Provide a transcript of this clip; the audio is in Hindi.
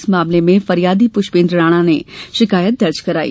इस मामले में फरियादी पुष्पेंद्र राणा ने शिकायत दर्ज कराई